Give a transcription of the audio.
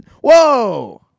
Whoa